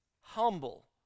Humble